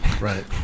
Right